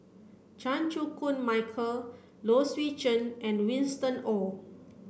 Chan Chew Koon Michael Low Swee Chen and Winston Oh